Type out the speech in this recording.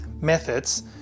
methods